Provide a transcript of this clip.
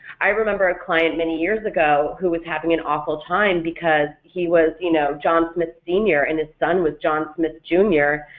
i remember a client many years ago who was having an awful time because he was you know john smith senior and his son was john smith jr,